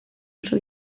oso